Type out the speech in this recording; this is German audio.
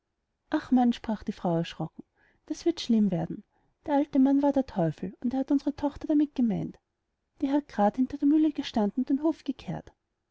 ach mann sprach die frau erschrocken das wird schlimm werden der alte mann war der teufel und er hat unsere tochter damit gemeint die hat gerad hinter der mühle gestanden und den hof gekehrt